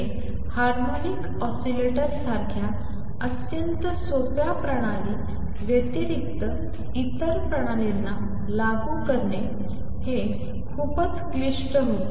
हे harmonic oscillator सारख्या अत्यंत सोप्या प्रणाली व्यतिरिक्त इतर प्रणालींना लागू करणे हे खूपच क्लिष्ट होते